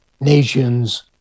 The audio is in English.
nations